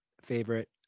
favorite